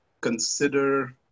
consider